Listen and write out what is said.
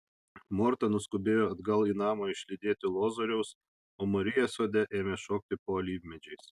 morta nuskubėjo atgal į namą išlydėti lozoriaus o marija sode ėmė šokti po alyvmedžiais